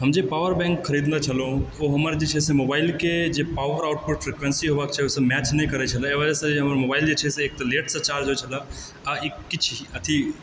हम जे power bank खरीदने छलहूँ ओ हमर जे छै से मोबइलके जे पॉवर ऑफ फ्रीक्वेंसी होबाक चाही से मैच नहि करै छलै ओइ वजहसंँ हमर मोबइल जे छै एक तऽ लेटसंँ चार्ज होइत छलए आ किछु अथी